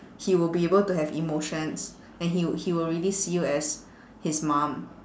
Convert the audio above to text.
he will be able to have emotions and he would he will really see you as his mum